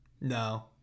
No